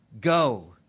go